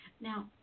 Now